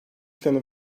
planı